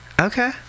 Okay